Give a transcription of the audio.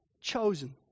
Chosen